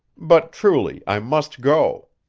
but truly, i must go.